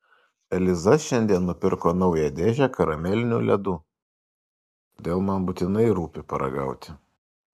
eliza šiandien nupirko naują dėžę karamelinių ledų todėl man būtinai rūpi paragauti